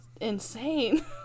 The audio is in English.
insane